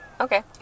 Okay